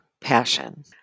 passion